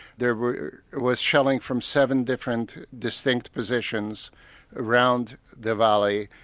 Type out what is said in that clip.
there was shelling from seven different distinct positions around the valley,